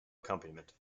accompaniment